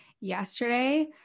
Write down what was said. yesterday